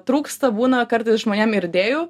trūksta būna kartais žmonėm ir idėjų